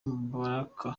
mubaraka